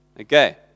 Okay